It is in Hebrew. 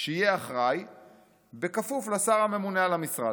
שיהיה אחראי בכפוף לשר הממונה על המשרד,